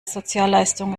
sozialleistung